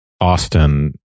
Austin